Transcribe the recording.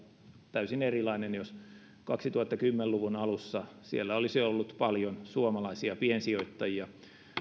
täysin erilainen näin luulen jos kaksituhattakymmenen luvun alussa siellä olisi ollut paljon suomalaisia piensijoittajia